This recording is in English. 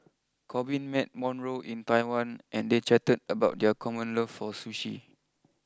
Korbin met Monroe in Taiwan and they chatted about their common love for Sushi